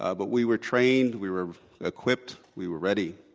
ah but we were trained. we were equipped. we were ready.